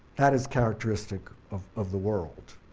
that is characteristic of of the world.